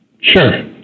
Sure